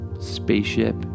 Spaceship